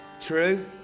True